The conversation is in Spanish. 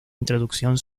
introducción